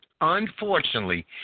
Unfortunately